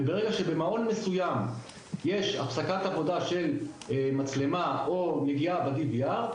וברגע שבמעון מסוים יש הפסקת עבודה של מצלמה או נגיעה ב-DVR,